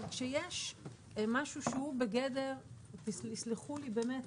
אבל כשיש משהו, יסלחו לי באמת,